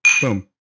Boom